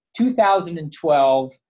2012